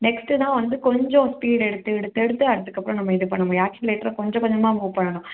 நெக்ஸ்ட்டுதான் வந்து கொஞ்சம் ஸ்பீடு எடுத்து எடுத்து எடுத்து அதுக்கப்புறம் நம்ம இது பண்ணமுடியும் ஆக்ஸிலேட்டரை கொஞ்சம் கொஞ்சமாக மூவ் பண்ணணும்